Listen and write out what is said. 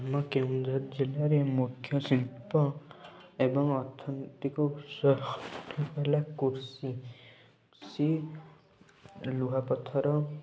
ଆମ କେଉଁଝର ଜିଲ୍ଲାରେ ମୁଖ୍ୟ ଶିଳ୍ପ ଏବଂ ଅର୍ଥନୀତିକ ଉତ୍ସ ଗୁଡ଼ିକ ହେଲା କୃଷି କୃଷି ଲୁହା ପଥର